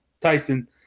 Tyson